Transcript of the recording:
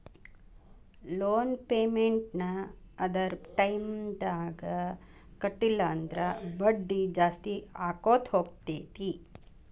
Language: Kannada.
ಲೊನ್ ಪೆಮೆನ್ಟ್ ನ್ನ ಅದರ್ ಟೈಮ್ದಾಗ್ ಕಟ್ಲಿಲ್ಲಂದ್ರ ಬಡ್ಡಿ ಜಾಸ್ತಿಅಕ್ಕೊತ್ ಹೊಕ್ಕೇತಿ